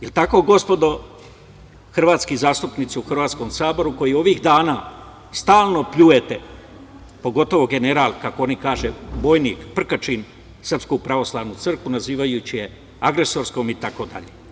Je li tako, gospodo hrvatski zastupnici u Hrvatskom saboru, koji ovih dana stalno pljujete, pogotovo general, kako oni kažu, bojnik Prkačin, Srpsku pravoslavnu crkvu, nazivajući je agresorskom itd?